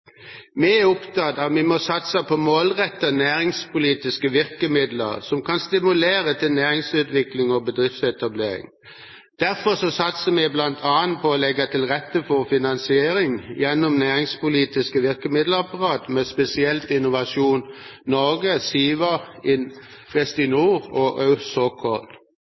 Vi er opptatt av at vi må satse på målrettede næringspolitiske virkemidler som kan stimulere til næringsutvikling og bedriftsetablering. Derfor satser vi bl.a. på å legge til rette for finansiering gjennom næringspolitiske virkemiddelapparat, spesielt Innovasjon Norge, SIVA;